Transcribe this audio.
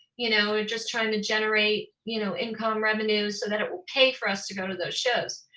you know just trying to generate you know income revenue so that it will pay for us to go to those shows.